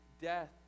death